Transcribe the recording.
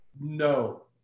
No